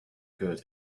good